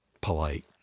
polite